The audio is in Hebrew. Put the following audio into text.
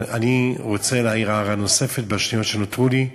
אבל אני רוצה להעיר הערה נוספת בשניות שנותרו לי.